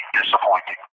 disappointing